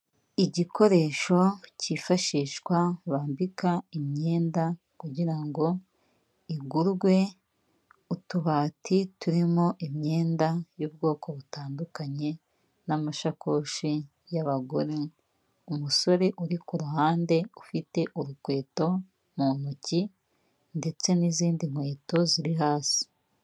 Igikoresho kifashishwa bambika imyenda, kugira ngo igurwe, utubati turimo imyenda y'ubwoko butandukanye, n'amashakoshi y'abagore, umusore uri ku ruhande ufite urukweto mu ntoki ndetse n'izindi nkweto ziri hasi.